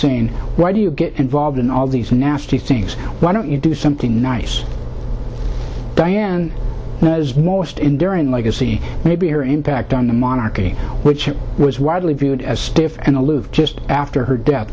saying why do you get involved in all these nasty things why don't you do something nice diane as most enduring legacy may be your impact on the monarchy which was widely viewed as stiff and aloof just after her death